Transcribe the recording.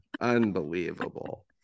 Unbelievable